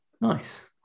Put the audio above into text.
Nice